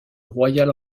royal